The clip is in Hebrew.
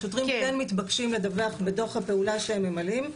השוטרים מתבקשים לדווח בדו"ח הפעולה שהם ממלאים,